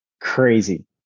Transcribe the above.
Crazy